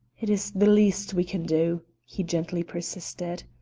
it is the least we can do, he gently persisted.